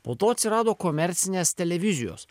po to atsirado komercinės televizijos